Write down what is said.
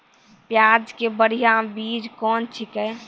प्याज के बढ़िया बीज कौन छिकै?